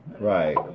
Right